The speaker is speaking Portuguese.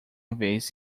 vez